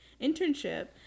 internship